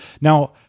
Now